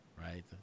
right